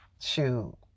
Shoot